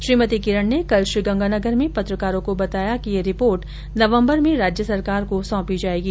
श्रीमती किरण ने कल श्रीगंगानगर में पत्रकारों को बताया कि यह रिपोर्ट नवम्बर्र में राज्य सरकार को सौंपी जाएगी